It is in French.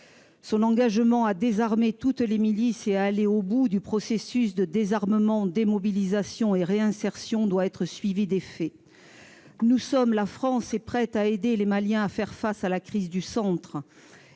son engagement à désarmer toutes les milices et à aller au bout du processus de désarmement, de démobilisation et de réinsertion doit être suivi d'effets. La France est prête à aider les Maliens à faire face à la crise survenue